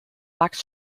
max